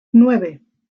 nueve